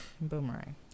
Boomerang